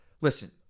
listen